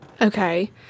Okay